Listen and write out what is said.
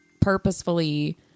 purposefully